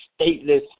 stateless